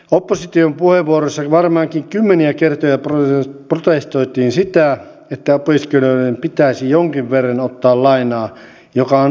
opposition puheenvuoroissa varmaankin kymmeniä kertoja protestoitiin sitä että opiskelijoiden pitäisi jonkin verran ottaa lainaa joka on valtion takaamaa